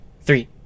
Three